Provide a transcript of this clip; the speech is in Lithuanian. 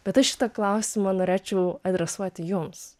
bet aš šitą klausimą norėčiau adresuoti jums